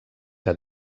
que